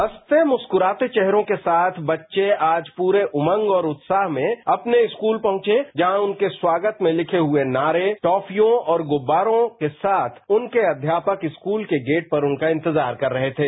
हंसते मुस्कूराते चेहरों के साथ बच्चे आज पूरे उमंग और उत्साह में अपने स्कूल पहुंचे जहां उनके स्वागत में लिखे हुए नारे टॉफियां और गुबारे और उनके साथ उनके अध्यापक स्कूल के गेट पर उनका इंतजार कर रहे थे